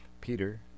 Peter